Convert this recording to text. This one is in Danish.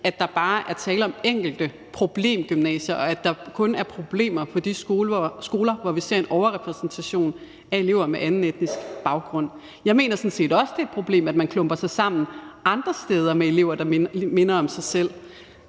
at der bare er tale om enkelte problemgymnasier, og at der kun er problemer på de skoler, hvor vi ser en overrepræsentation af elever med anden etnisk baggrund. Jeg mener sådan set også, det er et problem, at man klumper sig sammen andre steder med elever, der minder om hinanden.